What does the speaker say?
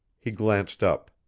he glanced up.